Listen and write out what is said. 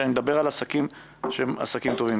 שאני מדבר על העסקים שהם עסקים טובים.